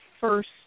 first